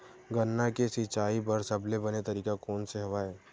गन्ना के सिंचाई बर सबले बने तरीका कोन से हवय?